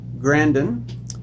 Grandin